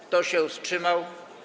Kto się wstrzymał?